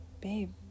Babe